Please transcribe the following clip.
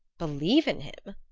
believe in him?